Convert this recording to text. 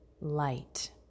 light